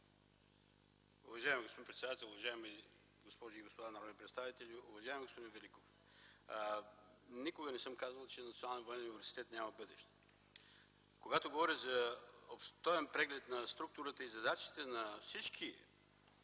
Уважаеми господин председател, уважаеми госпожи и господа народни представители, уважаеми господин Великов! Никога не съм казвал, че Националният военен университет няма бъдеще. Когато говорим за обстоен преглед на структурата и задачите на всички